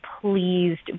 pleased